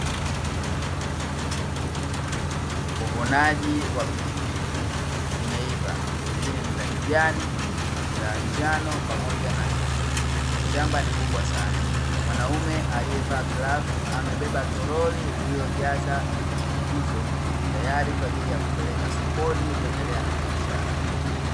Uvunaji wa pilipili, zimeiva nyingine ni za kijani, za njano pamoja na nyekundu. Shamba ni kubwa sana. Mwanaume aliyevaa glavu amebeba toroli lililojaza pilipili hizo, tayari kwa ajili ya kupeleka sokoni kuendelea na biashara.